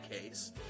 Case